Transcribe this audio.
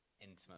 intimate